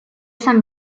san